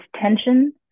tension